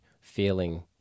feeling